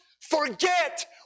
forget